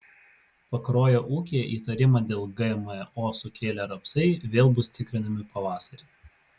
pakruojo ūkyje įtarimą dėl gmo sukėlę rapsai vėl bus tikrinami pavasarį